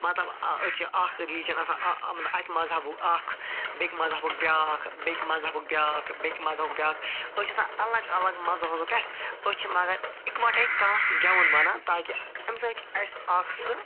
مطلب أسۍ چھِ اَکھ ریٚلِجن آسان مطلب اَکہِ مذہبُک اَکھ بیٚکہِ مذہبُک بیٛاکھ بیٚکہِ مذہبُک بیٛاکھ بیٛکہِ مذہبُک بیٛاکھ أسۍ چھِ آسان الگ الگ مذہبو پٮ۪ٹھ أسۍ چھِ مگر اِکوۄٹٔے کانٛہہ گیٚوُن ونان تاکہِ اَمہِ سۭتۍ چھُ اسہِ اَکھ سُہ